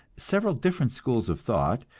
several different schools of thought,